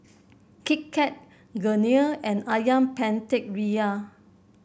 Kit Kat Garnier and ayam Penyet Ria